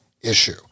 issue